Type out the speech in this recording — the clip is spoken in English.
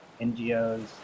NGOs